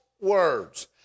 words